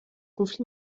conflit